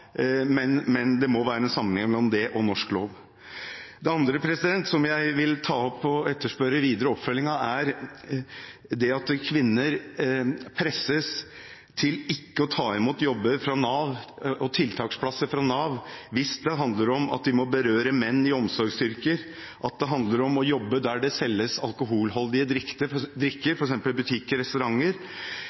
og norsk lov. Det andre jeg vil ta opp og etterspørre videre i oppfølgingen, er det at kvinner presses til ikke å ta imot jobber og tiltaksplasser fra Nav hvis det handler om at de må berøre menn, i omsorgsyrker, hvis det handler om å jobbe der det selges alkoholholdig drikke, f.eks. i butikker eller i restauranter,